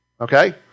Okay